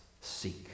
seek